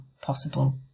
possible